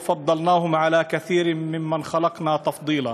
ופִרנסנו אותם במיטב הדברים,